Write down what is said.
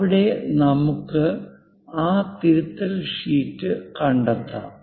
ഇവിടെ നമുക്ക് ആ തിരുത്തൽ ഷീറ്റ് കണ്ടെത്താം